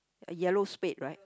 a yellow spade right